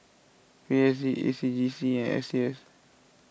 P S D A C J C and S T S